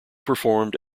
performed